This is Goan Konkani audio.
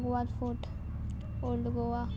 Aguada fort old Goa